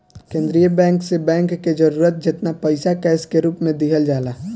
केंद्रीय बैंक से बैंक के जरूरत जेतना पईसा कैश के रूप में दिहल जाला